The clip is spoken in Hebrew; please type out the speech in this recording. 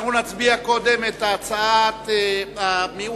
קודם נצביע על הצעת המיעוט,